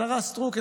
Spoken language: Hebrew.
השרה סטרוק,